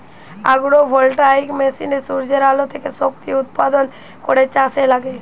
agro voltaic মেশিনে সূর্যের আলো থেকে শক্তি উৎপাদন করে চাষে লাগে